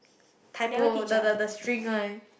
typo the the the string one